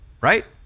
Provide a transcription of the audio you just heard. right